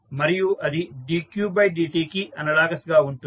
మరియు అది dqdt కి అనలాగస్ అవుతుంది